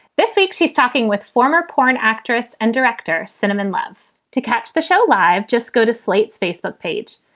this week, she's talking with former porn actress and director cinnamon love to catch the show live. just go to slate's facebook page.